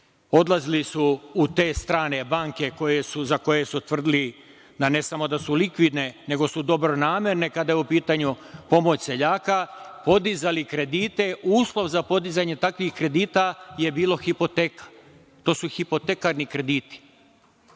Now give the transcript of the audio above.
Odlazili su u te strane banke, za koje su tvrdili da, ne samo da su likvidne, nego su dobronamerne kada je u pitanju pomoć seljaka, podizali kredite, uslov za podizanje takvih kredita je bila hipoteka. To su hipotekarni krediti.